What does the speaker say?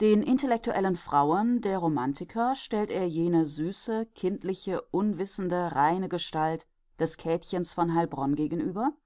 den intellektuellen frauen der romantiker stellt er jene süße kindliche unwissende reine gestalt des käthchens von heilbronn gegenüber